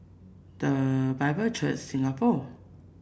The Bible Church Singapore